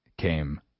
came